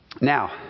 Now